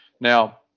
Now